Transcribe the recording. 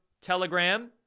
telegram